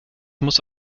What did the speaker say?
muss